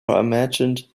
imagined